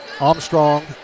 Armstrong